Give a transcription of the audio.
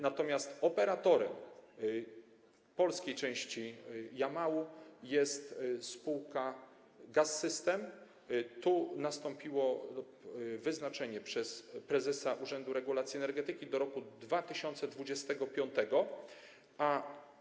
Natomiast operatorem polskiej części Jamału jest spółka Gaz-System - tu nastąpiło wyznaczenie przez prezesa Urzędu Regulacji Energetyki do roku 2025.